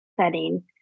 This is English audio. setting